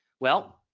well,